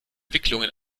wicklungen